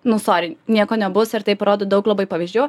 nu sori nieko nebus ir tai parodo daug labai pavyzdžių